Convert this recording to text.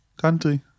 country